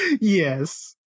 Yes